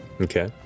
Okay